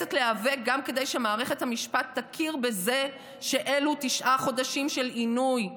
נאלצת להיאבק גם כדי שמערכת המשפט תכיר בזה שאלו תשעה חודשים של עינוי.